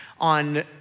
on